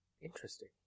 Interesting